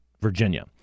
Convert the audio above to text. Virginia